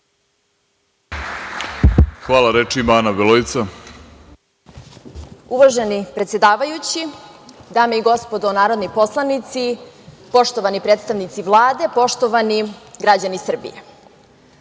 **Ana Beloica Martać** Uvaženi predsedavajući, dame i gospodo narodni poslanici, poštovani predstavnici Vlade, poštovani građani Srbije,